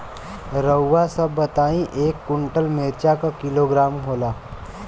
रउआ सभ बताई एक कुन्टल मिर्चा क किलोग्राम होला?